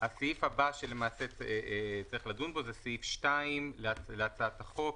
הסעיף הבא שצריך לדון בו הוא סעיף 2 להצעת החוק,